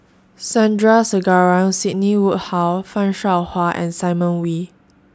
Sandrasegaran Sidney Woodhull fan Shao Hua and Simon Wee